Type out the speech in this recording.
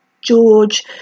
George